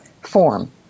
form